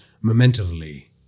momentarily